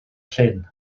llyn